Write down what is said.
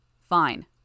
Fine